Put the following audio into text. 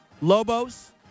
lobos